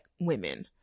women